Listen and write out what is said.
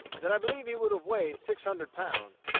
that i believe he would have weighed six hundred pounds.